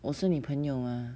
我是你朋友吗